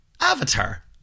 Avatar